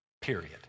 period